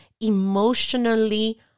emotionally